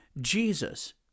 Jesus